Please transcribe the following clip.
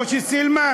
משה סילמן,